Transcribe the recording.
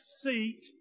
seat